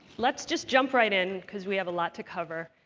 let's just jump right in, because we have a lot to cover.